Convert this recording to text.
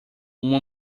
uma